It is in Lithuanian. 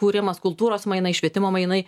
kūrimas kultūros mainai švietimo mainai